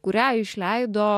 kurią išleido